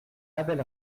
abel